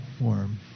warm